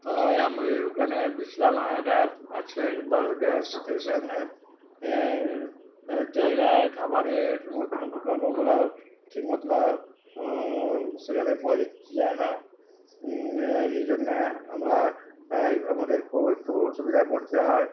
হয় আমাদের ওখানে বিশ্রামাগার আছে বা গ্যাস স্টেশনের এর জায়গায় খাবারের মতো বিকল্পগুলো ঠিক মতো ও সেখানে যায় না এই জন্যে আমরা আমাদের খুব একটু অসুবিধায় পড়তে হয়